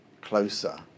closer